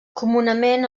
comunament